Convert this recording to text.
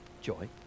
Joy